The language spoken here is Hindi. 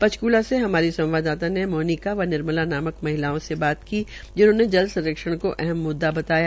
चक्ला से हमारी संवाददाता ने मोनिका व निर्मला नामक महिलाओं से बातचीत की जिन्होंने जल संरक्षण को अहम मुददा बताया